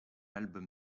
album